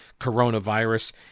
coronavirus